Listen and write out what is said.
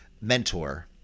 mentor